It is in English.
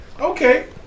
okay